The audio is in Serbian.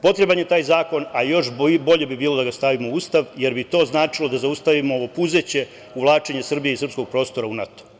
Potreban je taj zakon, a još bolje bi bilo da ga stavimo u Ustav, jer bi to značilo da zaustavimo ovo puzeće uvlačenje Srbije i srpskog prostora u NATO.